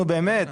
נו באמת.